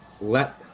Let